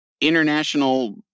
international